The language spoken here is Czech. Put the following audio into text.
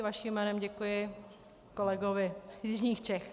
Vaším jménem děkuji kolegovi z jižních Čech.